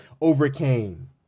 overcame